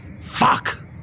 fuck